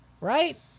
Right